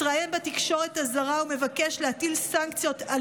מתראיין בתקשורת הזרה ומבקש להטיל סנקציות על